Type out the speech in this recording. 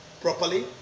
properly